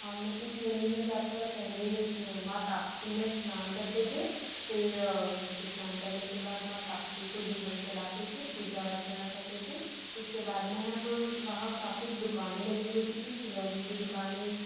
हम इस मेले में जाकर पहले माँ ताप्ती में स्नान करते थे फिर स्नान करने के बाद माँ ताप्ती को दीपक जलाते थे पूजा अर्चना करते थे उसके बाद में हम वहाँ काफी दुकाने लगी होती थी खिलौने की दुकाने